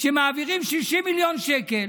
שמעבירים 60 מיליון שקל